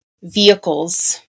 vehicles